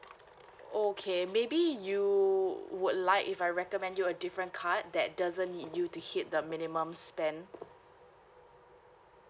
okay maybe you would like if I recommend you a different card that doesn't need you to hit the minimum spend